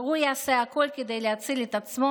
והוא יעשה הכול כדי להציל את עצמו,